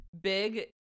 Big